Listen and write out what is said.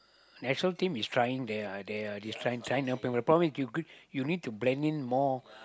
national team is trying their their is trying trying to help them more promise you you need to blend in more